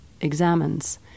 examines